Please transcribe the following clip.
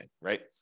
right